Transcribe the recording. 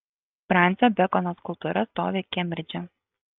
fransio bekono skulptūra stovi kembridže